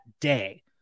day